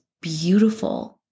beautiful